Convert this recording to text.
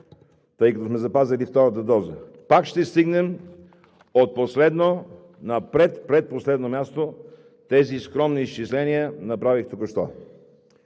тъй като сме запазили втората доза, пак ще стигнем от последно на пред-, предпоследно място – тези скромни изчисления направих току-що.